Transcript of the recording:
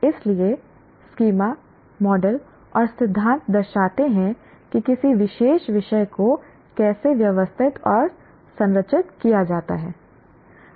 इसलिए schema model और सिद्धांत दर्शाते हैं कि किसी विशेष विषय को कैसे व्यवस्थित और संरचित किया जाता है